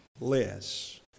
less